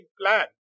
plan